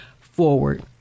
forward